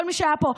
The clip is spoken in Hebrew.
כל מי שהיה פה,